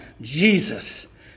Jesus